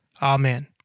Amen